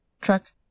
truck